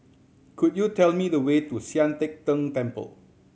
could you tell me the way to Sian Teck Tng Temple